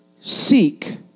seek